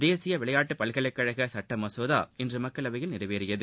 தேசிய விளையாட்டு பல்கலைக்கழக சட்ட மசோதா இன்று மக்களவையில் நிறைவேறியது